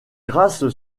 grâce